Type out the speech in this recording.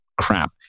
crap